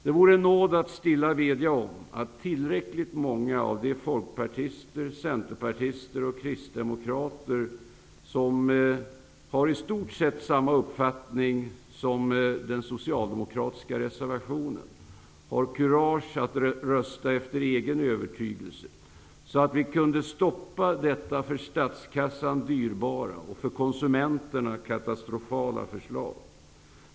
Det vore en nåd att stilla bedja om att tillräckligt många av de folkpartister, centerpartister och kristdemokrater som har i stort sett samma uppfattning som den som uttrycks i den socialdemokratiska reservationen har kurage att rösta efter egen övertygelse, så att vi kan stoppa detta för statskassan dyrbara och för konsumenterna katastrofala förslag.